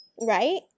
right